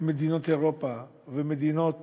מדינות אירופה ומדינות